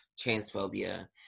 transphobia